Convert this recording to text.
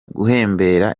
guhembera